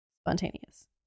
Spontaneous